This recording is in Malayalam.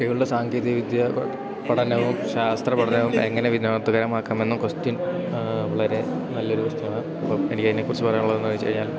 കുട്ടികളുടെ സാങ്കേതികവിദ്യ പഠനവും ശാസ്ത്ര പഠനവും എങ്ങനെ വിനോദകരമാക്കാമെന്നും ക്വസ്റ്റ്യൻ വളരെ നല്ലൊരു ക്വസ്റ്റ്യനാണ് അപ്പം എനിക്കതിനെക്കുറിച്ച് പറയാനുള്ളതെന്നു വെച്ചു കഴിഞ്ഞാൽ